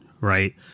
right